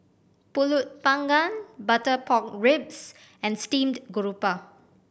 Pulut Panggang butter pork ribs and steamed garoupa